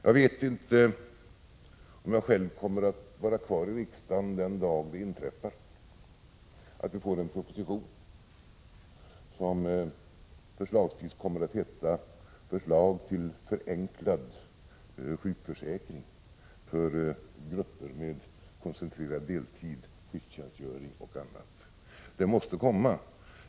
Jag vet inte om jag själv kommer att vara kvar i riksdagen den dag det inträffar att vi får en proposition som kommer att heta förslagsvis Förslag till förenklad sjukförsäkring för grupper med koncentrerad deltid, skifttjänstgöring, m.m. En sådan måste komma.